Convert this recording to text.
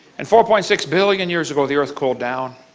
and four point six billion years ago the earth cooled down.